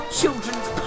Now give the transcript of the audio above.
children's